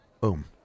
Boom